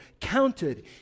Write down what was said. counted